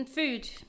Food